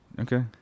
okay